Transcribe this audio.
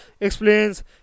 explains